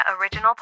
Original